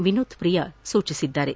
ವಿನೋತ್ ಪ್ರಿಯಾ ತಿಳಿಸಿದ್ದಾರೆ